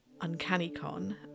UncannyCon